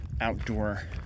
outdoor